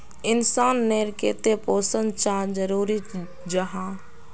इंसान नेर केते पोषण चाँ जरूरी जाहा?